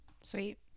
Sweet